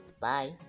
Bye